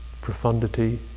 profundity